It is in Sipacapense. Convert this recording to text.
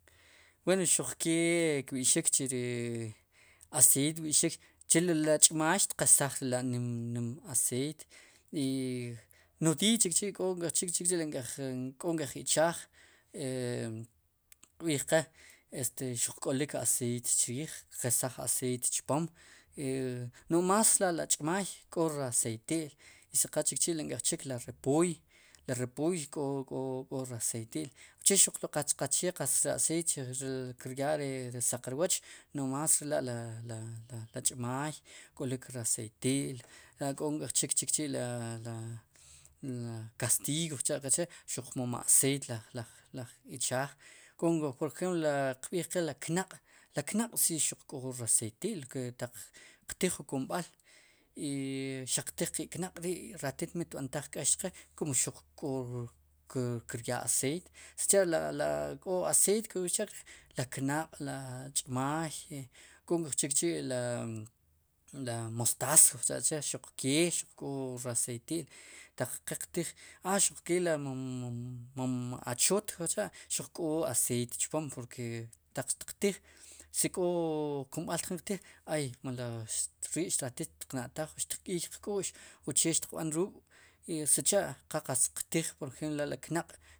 Wen no'j xuq kee kb'i'xik chu ri aceit kb'i'xik ¿chelola' ch'maay xtiqesaj le la nim, nim u nodiiy chikchi' k'o nk'ej chik chikchi' ri nk'ej k'o nk'ej ichaaj e qb'iij qe este xuq k'olik aceite chriij qesaj aceit chpom e no'j más la' ri ch'maay k'o raceiti'l i si qal chikchi', nk'ejchik pooy li repooy k'o raceiti'l uche xuq lo qatz qache qatz ri aceit chriij ri kiryaa ri saq rwooch no'j más ri la' li ch'maay k'olik raceiti'l k'o nk'ejchik chikchi', la, la la lach'maay k'lik raceiti'l la k'o nkéjchik chikchi', la, la la castiy kuj cha'qe chre' xuq mom aceit laj, laj ichaaj k'o kow por ejemplo ri qb'iij qe ri knaq' ri knaq' xuq k'o raceiyti'l ke taq qtij jun kumb'al i xiq tiij ke'knaq' ri raat, ratiit mit b'antaj k'eex chqe kum xuq k'oo kiryaa' aceit sicha' la, la k'o aceit kb'i'x che' la knaq'la ch'maay y k'o nk'echok chi' la. la mostaas kujcha'che xuq kee xuq k'oo raceiti'l taq qe qtiij a xuq kela' mom mom ochoot kujcha' xuq k'o aceit chpom ke taq xtqtij si k'o kumb'al tjim qtiij hay mele rii'ratiit xtna'taaj o xtk'iiy qk'u'x uche xtiq b'an r'uuk' i sicha' qa qatz xtiqtij por ejemplo la'li knaq'.